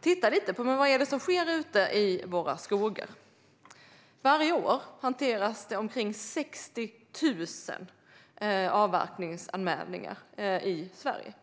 titta lite på vad det är som sker ute i våra skogar. Varje år hanteras omkring 60 000 avverkningsanmälningar i Sverige.